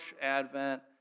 Advent